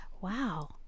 Wow